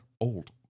old